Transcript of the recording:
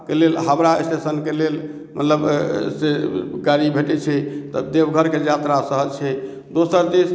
लेल हावड़ा स्टेशनके लेल मतलब से गाड़ी भेटै छै तऽ देवघरके यात्रा सहज छै दोसर दिस